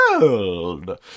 world